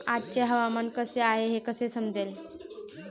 आजचे हवामान कसे आहे हे कसे समजेल?